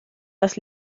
dass